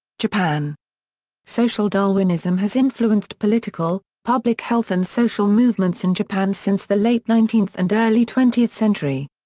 japan social darwinism has influenced political, public health and social movements in japan since the late nineteenth and early twentieth century.